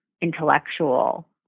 intellectual